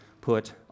put